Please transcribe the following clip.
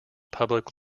public